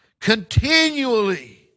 Continually